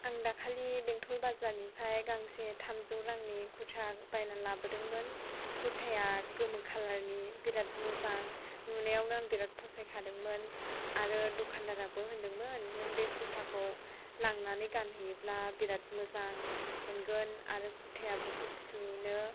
आं दाखालि बेंथल बाजारनिफ्राय गांसे थामजौ रांनि खुरथा बायनां लाबोदोंमोन खुरथाया गोमो कालारनि बिराद मोजां नुनायावनो आं बिराद फसायखादोंमोन आरो दखानदाराबो होनदोंमोन नों बे खुरथाखौ लांनानै गानहैयोब्ला बिराद मोजां मोनगोन आरो खुरथायाबो गुसुनो